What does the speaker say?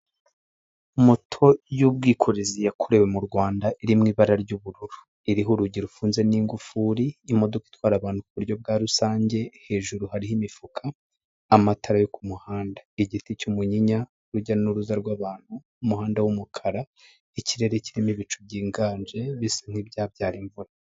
Moto y'ubwikorezi yakorewe mu Rwanda iri mu ibara ry'ubururu iriho urugi rufunze n'ingufuri, imodoka itwara abantu kuburyo bwa rusange hejuru hariho imifuka, amatara yo ku muhanda, igiti cy'umuyinya, urujya n'uruza rw'abantu umuhanda w'umukara ikirere kirimo ibicu byiganje, bisa nk'ibyabyara imvura.